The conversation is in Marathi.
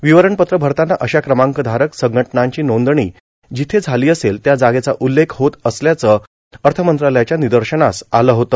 र्ववरणपत्र भरताना अशा क्रमांकधारक संघटनांची नांदणी जिथं झाला असेल त्या जागेचा उल्लेख होत असल्याचं अथमंत्रालयाच्या निदशनास आलं होतं